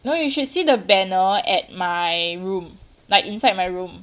no you should see the banner at my room like inside my room